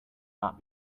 not